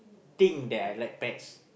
think that I like pets